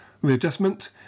readjustment